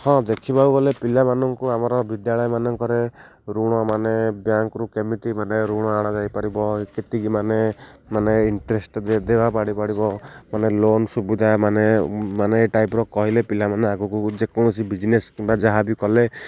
ହଁ ଦେଖିବାକୁ ଗଲେ ପିଲାମାନଙ୍କୁ ଆମର ବିଦ୍ୟାଳୟ ମାନଙ୍କରେ ଋଣମାନେ ବ୍ୟାଙ୍କରୁ କେମିତି ମାନେ ଋଣ ଆଣାଯାଇପାରିବ କେତିକି ମାନେ ମାନେ ଇଣ୍ଟରେଷ୍ଟ ଦେବା ପଡ଼ି ପଡ଼ିବ ମାନେ ଲୋନ୍ ସୁବିଧା ମାନେ ମାନେ ଏ ଟାଇପର କହିଲେ ପିଲାମାନେ ଆଗକୁ ଯେକୌଣସି ବିଜନେସ୍ କିମ୍ବା ଯାହାବି କଲେ